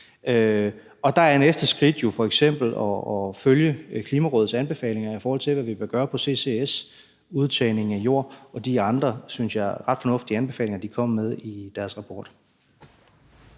Og der er næste skridt jo f.eks. at følge Klimarådets anbefalinger, i forhold til hvad vi vil gøre på ccs, udtagning af jord og de andre, synes jeg, ret fornuftige anbefalinger, de kom med i deres rapport.